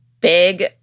big